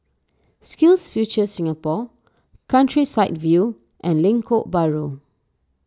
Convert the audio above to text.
SkillsFuture Singapore Countryside View and Lengkok Bahru